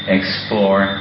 explore